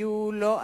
לא יהיו היחידים.